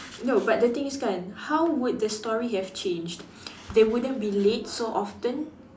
no but the thing is kan how would the story have changed they wouldn't be late so often